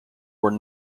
were